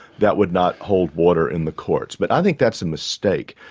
that would not hold water in the courts but i think that's a mistake.